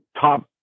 top